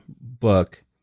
book